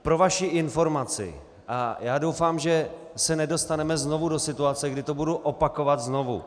Pro vaši informaci já doufám, že se nedostaneme znovu do situace, kdy to budu opakovat znovu.